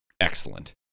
excellent